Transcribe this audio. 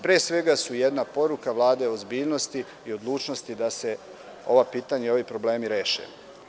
Pre svega jedna su poruka Vlade ozbiljnosti i odlučnosti da se ova pitanja i ovi problemi reše.